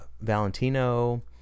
valentino